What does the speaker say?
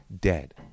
dead